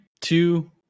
two